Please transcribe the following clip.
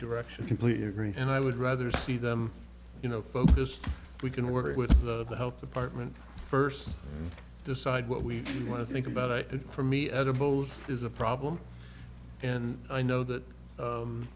direction completely agree and i would rather see them no focused we can work with the health department first decide what we want to think about it for me edibles is a problem and i know that